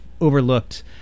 overlooked